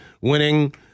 winning